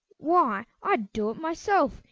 why, i'd do it myself,